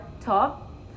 top